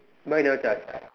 why you never charge